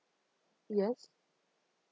yes